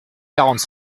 quarante